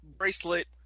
bracelet